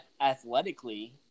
Athletically